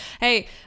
Hey